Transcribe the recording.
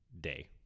day